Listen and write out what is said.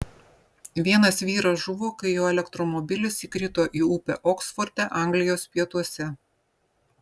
vienas vyras žuvo kai jo elektromobilis įkrito į upę oksforde anglijos pietuose